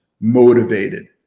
motivated